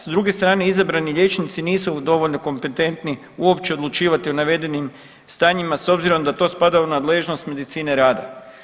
S druge strane izabrani liječnici nisu dovoljno kompetentni uopće odlučivati o navedenim stanjima s obzirom da to spada u nadležnost medicine rada.